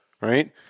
right